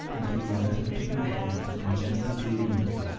until yoletta took my hand and gently drew me away.